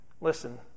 Listen